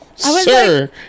Sir